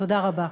תודה רבה.